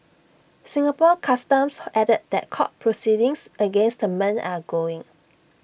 Singapore Customs added that court proceedings against the men are going